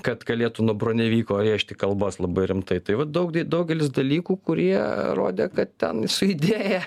kad galėtų nuo bronevyko rėžti kalbas labai rimtai tai vat daug daugelis dalykų kurie rodė kad ten su idėja